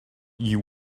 you